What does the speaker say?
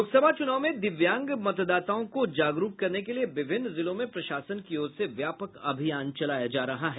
लोकसभा चुनाव में दिव्यांग मतदाताओं को जागरूक करने के लिये विभिन्न जिलों में प्रशासन की ओर से व्यापक अभियान चलाया जा रहा है